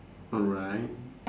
alright